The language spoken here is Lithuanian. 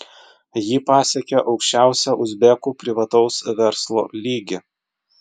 ji pasiekė aukščiausią uzbekų privataus verslo lygį